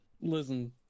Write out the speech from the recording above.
Listen